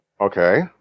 okay